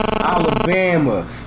Alabama